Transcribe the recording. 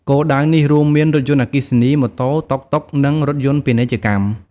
គោលដៅនេះរួមមានរថយន្តអគ្គិសនី ម៉ូតូ តុកតុក និងរថយន្តពាណិជ្ជកម្ម។